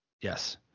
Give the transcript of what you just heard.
Yes